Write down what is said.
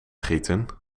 gieten